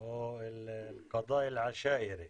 או אלקדא אלעשארי,